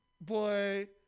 Boy